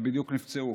הם בדיוק נפצעו.